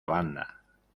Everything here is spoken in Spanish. banda